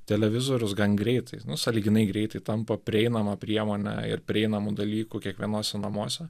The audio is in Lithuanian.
televizorius gan greitai nu sąlyginai greitai tampa prieinama priemone ir prieinamu dalyku kiekvienuose namuose